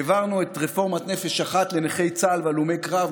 העברנו את רפורמת נפש אחת לנכי צה"ל והלומי קרב.